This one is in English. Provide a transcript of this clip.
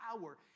power